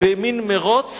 במין מירוץ